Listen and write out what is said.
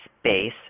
space